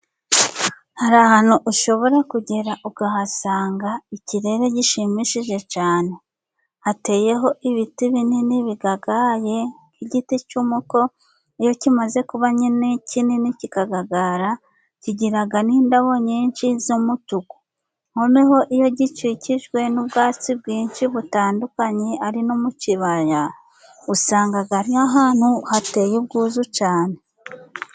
Hari, ahantu ushobora kugera ukahasanga ikirere gishimishije cyane, hateyeho ibiti binini bigagaye, nk'igiti cy'umuko iyo kimaze kuba nyine kinini kikagagara kigira n'indabo nyinshi z'umutuku, noneho iyo gikikijwe n'ubwatsi bwinshi butandukanye ari no mu kibaya, usanga ari nk'ahantu hateye ubwuzu cyane.